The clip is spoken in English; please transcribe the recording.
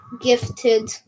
Gifted